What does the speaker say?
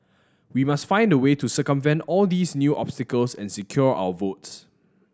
we must find a way to circumvent all these new obstacles and secure our votes